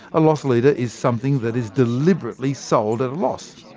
a loss-leader is something that is deliberately sold at a loss.